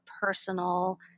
personal